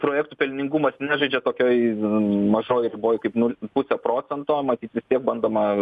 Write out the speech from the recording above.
projektų pelningumas nežaidžia tokioj mažoj riboj kaip pusė procento matyt vis tiek bandoma